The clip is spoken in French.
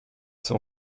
sont